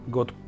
God